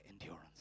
endurance